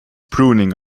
pruning